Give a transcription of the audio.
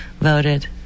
voted